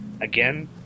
Again